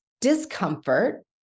discomfort